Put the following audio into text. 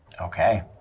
Okay